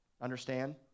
Understand